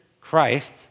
Christ